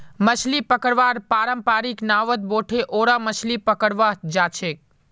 मछली पकड़वार पारंपरिक नावत बोठे ओरा मछली पकड़वा जाछेक